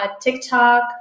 TikTok